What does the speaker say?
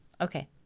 Okay